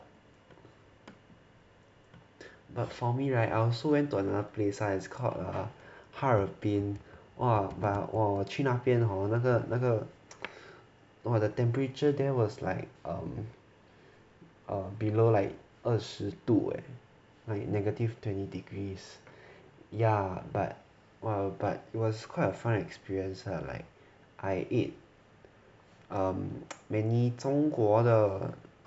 but for me [right] I also went to another place lah it's called err 哈尔滨 !wah! but 我去那边 hor 那个那个 !wah! the temperature there was like um below like 二十度 eh like negative twenty degrees ya but !wah! but it was quite a fun experience lah like I ate many 中国的